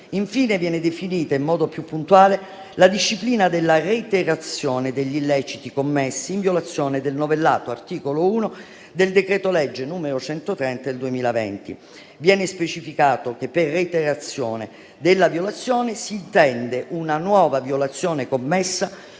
Infine, viene definita in modo più puntuale la disciplina della reiterazione degli illeciti commessi in violazione del novellato articolo 1 del decreto-legge n. 130 del 2020. Viene specificato che per reiterazione della violazione si intende una nuova violazione commessa